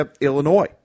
Illinois